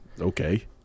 Okay